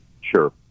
Sure